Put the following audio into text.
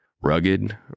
Rugged